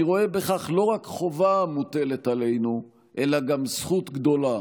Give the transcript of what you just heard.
אני רואה בכך לא רק חובה המוטלת עלינו אלא גם זכות גדולה.